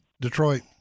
Detroit